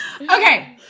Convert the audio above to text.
Okay